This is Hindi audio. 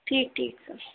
ठीक ठीक सर